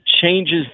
changes